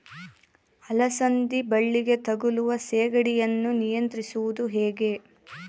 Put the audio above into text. ಅಲಸಂದಿ ಬಳ್ಳಿಗೆ ತಗುಲುವ ಸೇಗಡಿ ಯನ್ನು ನಿಯಂತ್ರಿಸುವುದು ಹೇಗೆ?